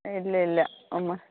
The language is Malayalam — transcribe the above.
ഏ ഇല്ല ഇല്ല ഒന്ന്